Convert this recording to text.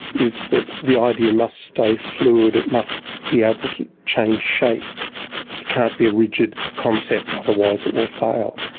is that the idea must stay fluid, it must be able to change shape. it it can't be a rigid concept, otherwise it will fail?